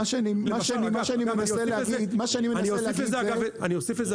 מה שאני מנסה להגיד --- אני אוסיף לזה,